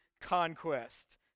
Conquest